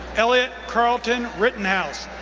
elliot carlton rittenhouse,